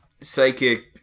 psychic